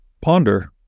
ponder